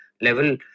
level